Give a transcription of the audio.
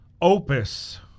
opus